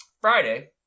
Friday